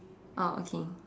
oh okay